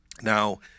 Now